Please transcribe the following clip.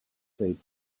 states